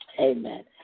Amen